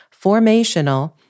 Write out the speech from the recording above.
formational